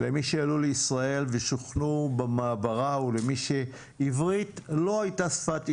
למי שעלו לישראל ושוכנו במעברה ולמי שעברית לא הייתה שפת אימם.